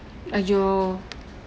!aiyo!